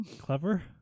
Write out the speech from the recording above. clever